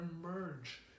emerge